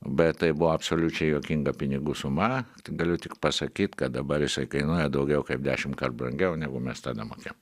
bet tai buvo absoliučiai juokinga pinigų suma galiu tik pasakyt kad dabar jisai kainuoja daugiau kaip dešimtkar brangiau negu mes tada mokėjom